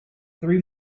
three